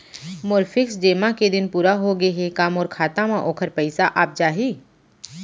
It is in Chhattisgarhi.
मोर फिक्स जेमा के दिन पूरा होगे हे का मोर खाता म वोखर पइसा आप जाही?